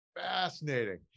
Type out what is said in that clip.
fascinating